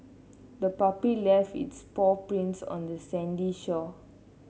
the puppy left its paw prints on the sandy shore